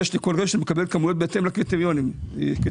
כל רשת מקבלת כמויות בהתאם לקריטריונים אחידים